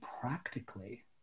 practically